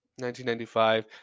1995